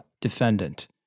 defendant